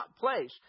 place